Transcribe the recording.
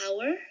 power